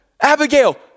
Abigail